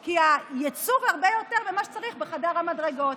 כי הייצור הוא הרבה יותר ממה שצריך לחדר המדרגות,